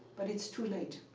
but it's too late.